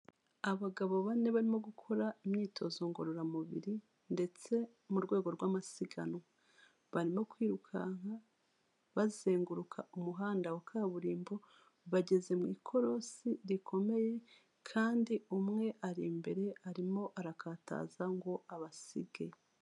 Abagabo bane barimo gukora imyitozo ngororamubiri ndetse mu rwego rw'amasiganwa, barimo kwirukanka bazenguruka umuhanda wa kaburimbo bageze mu ikorosi rikomeye kandi umwe ari imbere arimo arakataza ngo abasige.